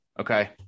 Okay